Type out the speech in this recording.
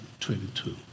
22